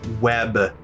web